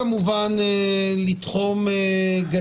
-- לבין הרצון שלנו כמובן להגן על הזכות של